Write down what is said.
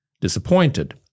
disappointed